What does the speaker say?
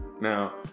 Now